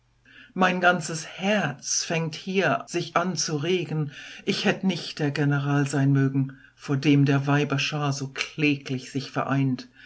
mein ganzes herz fängt sich hier an zu regen ich hätte nicht der general sein mögen vor dem der weiber schar so kläglich sich vereint